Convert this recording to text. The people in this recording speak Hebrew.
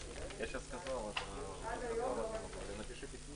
הישיבה ננעלה בשעה 14:58.